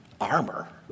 armor